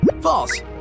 False